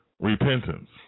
repentance